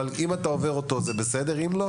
אבל אם אתה עובר אותו זה בסדר ואם לא,